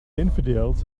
infidels